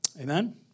Amen